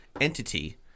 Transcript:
entity